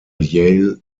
yale